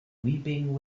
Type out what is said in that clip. weeping